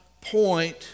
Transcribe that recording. point